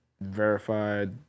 verified